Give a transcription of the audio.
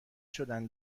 شدن